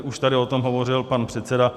Už tady o tom hovořil pan předseda.